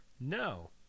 No